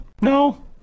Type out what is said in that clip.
no